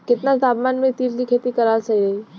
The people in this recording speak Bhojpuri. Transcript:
केतना तापमान मे तिल के खेती कराल सही रही?